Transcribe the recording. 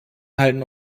halten